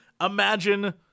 imagine